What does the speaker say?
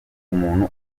umuntu